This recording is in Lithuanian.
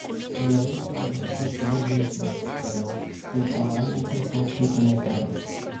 mielai paėjėčiau kelis žingsnius tariau ir pavalgyčiau to šiupinio ten